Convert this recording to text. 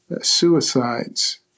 Suicides